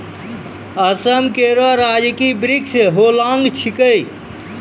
असम केरो राजकीय वृक्ष होलांग छिकै